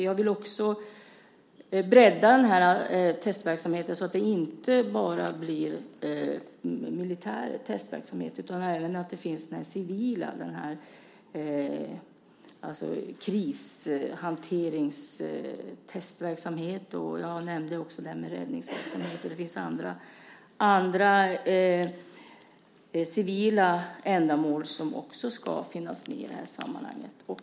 Jag vill också bredda den här testverksamheten så att det inte bara blir militär testverksamhet utan att det även finns civil sådan, till exempel testverksamhet när de gäller krishantering. Jag nämnde också detta med räddningsverksamhet, och det finns andra civila ändamål som också ska finnas med i det här sammanhanget.